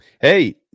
Hey